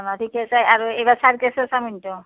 ঠিক আছে আৰুএইবাৰ চাৰকাছো চাম কিন্তু